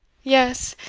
yes!